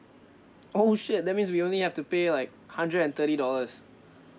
oh shit that means we only have to pay like hundred and thirty dollars